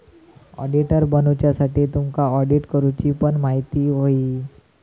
auditor बनुच्यासाठी तुमका audit करूची पण म्हायती होई